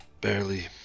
barely